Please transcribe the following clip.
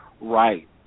right